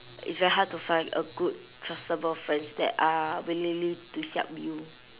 it's very hard to find a good trustable friends that are willingly to help you